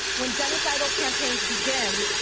when genocidal campaigns begin,